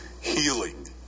healing